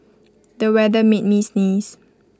the weather made me sneeze